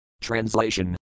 Translation